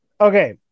Okay